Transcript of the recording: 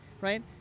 right